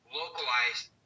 localized